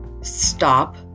Stop